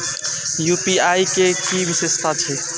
UPI के कि विषेशता छै?